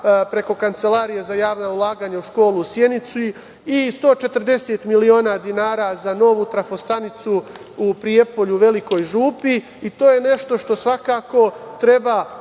preko Kancelarije za javna ulaganja u školu u Sjenici i 140 miliona dinara za novu trafostanicu u Prijepolju, u Velikoj Župi. To je nešto što svakako treba